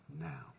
now